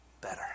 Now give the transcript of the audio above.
better